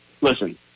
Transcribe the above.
Listen